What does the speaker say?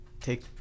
Take